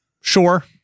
Sure